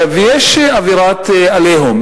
יש אווירת "עליהום".